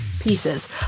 Pieces